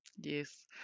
Yes